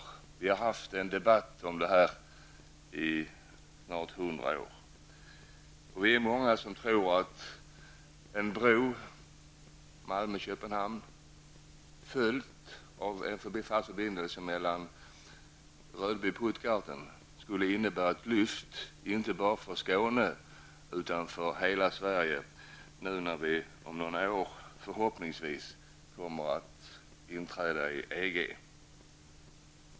Det har förts en debatt om detta i snart 100 år, och vi är många som tror att en bro Rödby--Puttgarden, skulle innebära ett lyft inte bara för Skåne utan för hela Sverige, nu när vi om några år förhoppningsvis kommer att inträda i EG.